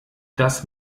das